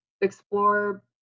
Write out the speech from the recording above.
explore